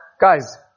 guys